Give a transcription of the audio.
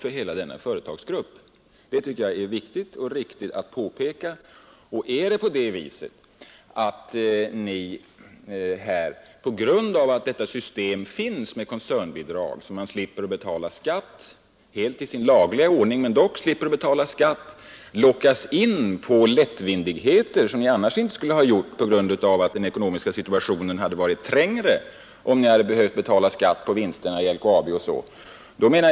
Jag tycker att det är viktigt och riktigt att påpeka det. Om ni på grund av att detta system finns, så att man helt på laglig väg slipper betala skatt, lockas in på lättvindigheter som ni inte skulle ha vågat er på om ni tvingats betala skatt på vinsterna it.ex.